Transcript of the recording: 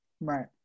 Right